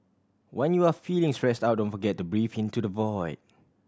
when you are feeling stressed out don't forget to breathe into the void